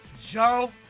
joe